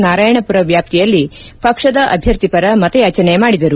ನಾರಾಯಣಪುರ ವ್ಯಾಪ್ತಿಯಲ್ಲಿ ಪಕ್ಷದ ಅಭ್ಯರ್ಥಿ ಪರ ಮತಯಾಚನೆ ಮಾಡಿದರು